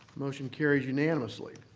motion carries unanimously.